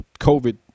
COVID